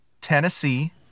Tennessee